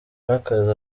n’akazi